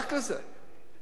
רק לזה.